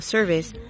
Service